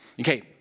Okay